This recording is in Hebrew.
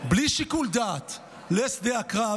בלי שיקול דעת לשדה הקרב,